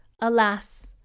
Alas